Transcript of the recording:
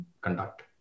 conduct